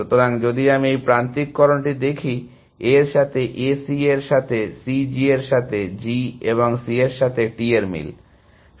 সুতরাং যদি আমি এই প্রান্তিককরণটি দেখি A এর সাথে A C এর সাথে C G এর সাথে G এবং C এর সাথে T এর মিল